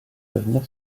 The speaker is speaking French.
l’avenir